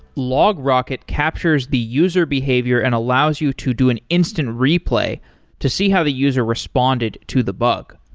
logrocket captures the user behavior and allows you to do an instant replay to see how the user responded to the bug.